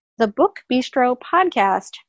thebookbistropodcast